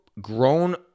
grown